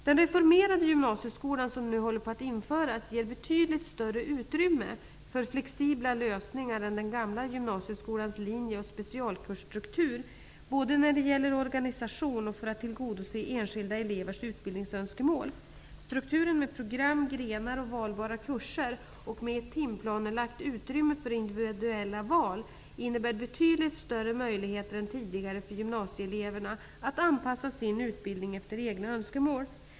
Den reformerade gymnasieskolan, som nu håller på att införas, ger betydligt större utrymme för flexibla lösningar än den gamla gymnasieskolans linje och specialkursstruktur både när det gäller organisation och för att tillgodose enskilda elevers utbildningsönskemål. Strukturen med program, grenar och valbara kurser och med ett timplanelagt utrymme för individuella val innebär betydligt större möjligheter än tidigare för gymnasieeleverna att anpassa sin utbildning efter egna önskemål.